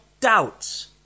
doubts